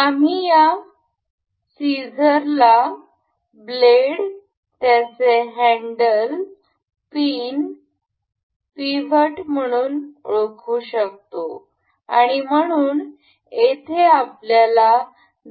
आम्ही या कात्रीला ब्लेड त्याचे हँडल पिन पिव्हट म्हणून ओळखू शकतो आणि म्हणून येथे आपल्याला